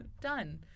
done